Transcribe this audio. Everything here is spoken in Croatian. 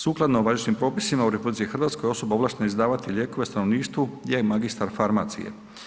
Sukladno važećim propisima u RH osoba ovlaštena izdavati lijekove stanovništvu je magistar farmacije.